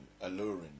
alluring